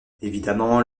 évidemment